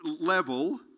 level